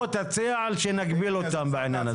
תציע שנגביל אותם בעניין הזה.